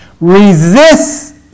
Resist